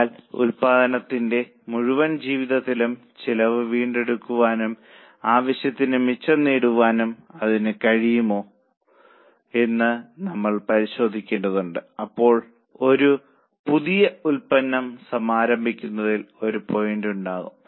എന്നാൽ ഉൽപ്പന്നത്തിന്റെ മുഴുവൻ ജീവിതത്തിലും ചെലവ് വീണ്ടെടുക്കാനും ആവശ്യത്തിന് മിച്ചം നേടാനും അതിന് കഴിയുമോ എന്ന് നമ്മൾ പരിഗണിക്കേണ്ടതുണ്ട് അപ്പോൾ ഒരു പുതിയ ഉൽപ്പന്നം സമാരംഭിക്കുന്നതിൽ ഒരു പോയിന്റ് ഉണ്ടാകും